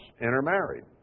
intermarried